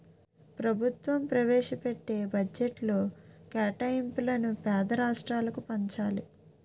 ప్రభుత్వం ప్రవేశపెట్టే బడ్జెట్లో కేటాయింపులను పేద రాష్ట్రాలకు పంచాలి